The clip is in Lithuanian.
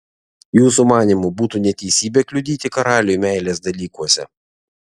jūsų manymu būtų neteisybė kliudyti karaliui meilės dalykuose